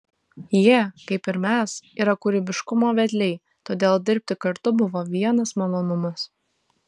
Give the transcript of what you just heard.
jie kaip ir mes yra kūrybiškumo vedliai todėl dirbti kartu buvo vienas malonumas